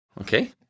Okay